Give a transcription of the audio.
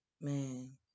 Man